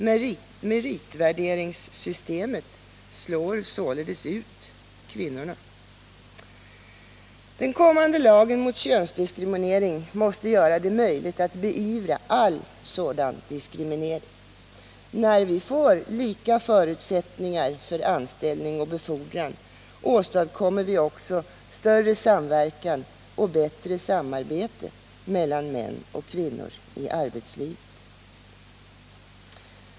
Meritvärderingssystemet slår således ut kvinnorna. Den kommande lagen mot könsdiskriminering måste göra det möjligt att beivra all sådan diskriminering. När vi får lika förutsättningar för anställning och befordran, åstadkommer vi också större samverkan och bättre samarbete mellan män och kvinnor i arbetslivet.